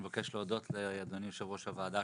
אני מבקש להודות לאדוני יושב-ראש הוועדה,